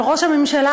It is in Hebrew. אבל ראש הממשלה,